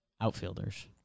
outfielders